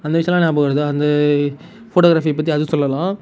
அந்த விஷயம்லாம் ஞாபகம் வருது அந்த ஃபோட்டோகிராஃபியை பற்றி அது சொல்லலாம்